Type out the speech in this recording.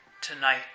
tonight